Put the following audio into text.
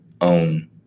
own